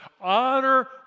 honor